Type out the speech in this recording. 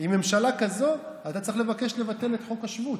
עם ממשלה כזאת אתה צריך לבקש לבטל את חוק השבות.